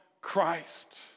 Christ